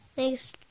Thanks